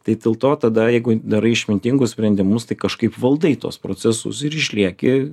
tai dėl to tada jeigu darai išmintingus sprendimus tai kažkaip valdai tuos procesus ir išlieki